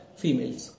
females